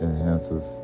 Enhances